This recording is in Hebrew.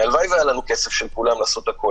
הלוואי והיה לנו כסף של כולם לעשות הכול,